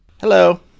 hello